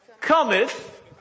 cometh